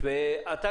ואתה,